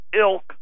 ilk